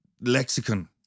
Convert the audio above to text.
lexicon